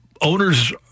owners